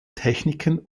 techniken